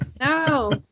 no